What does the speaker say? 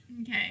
Okay